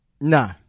Nah